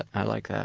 i like that.